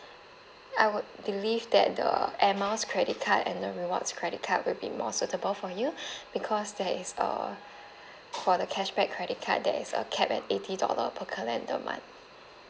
I would believe that the air miles credit card and the rewards credit card will be more suitable for you because there is a for the cashback credit card there is a cap at eighty dollar per calendar month